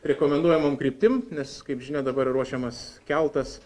rekomenduojamom kryptim nes kaip žinia dabar ir ruošiamas keltas